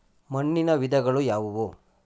ಮಣ್ಣಿನ ವಿಧಗಳು ಯಾವುವು?